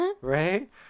right